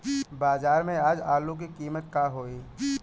बाजार में आज आलू के कीमत का होई?